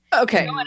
Okay